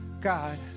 God